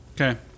okay